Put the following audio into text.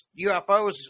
UFOs